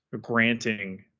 granting